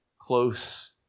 close